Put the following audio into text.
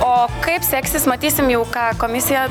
o kaip seksis matysim jau ką komisija